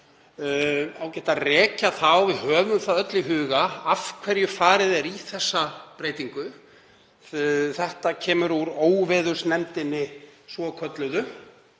ágætt að rekja það, svo að við höfum það öll í huga, af hverju farið er í þessa breytingu. Þetta kemur frá óveðursnefndinni svokölluðu